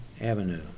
avenue